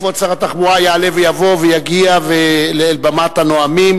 כבוד שר התחבורה יעלה ויבוא ויגיע אל במת הנואמים